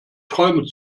träume